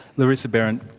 larissa behrendt,